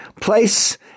place